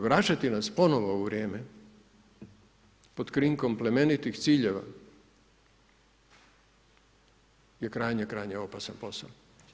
Vračati nas ponovno u vrijeme pod krinkom plemenitih ciljeva je krajnje, krajnje opasan posao.